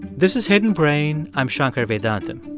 this is hidden brain. i'm shankar vedantam.